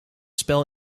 spel